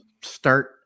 start